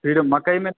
फिर मकई में